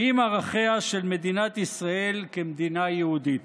ועם ערכיה של מדינת ישראל כמדינה יהודית.